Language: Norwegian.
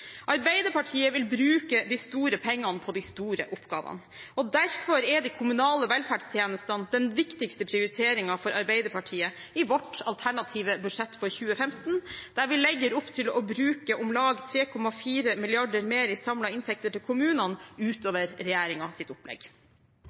Arbeiderpartiet vil bruke de store pengene på de store oppgavene, og derfor er de kommunale velferdstjenestene den viktigste prioriteringen for Arbeiderpartiet i vårt alternative budsjett for 2015, der vi legger opp til å bruke om lag 3,4 mrd. kr mer i samlede inntekter til kommunene